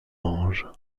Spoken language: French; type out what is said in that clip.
ange